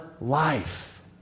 life